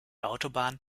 autobahn